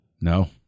No